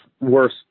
worse